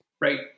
right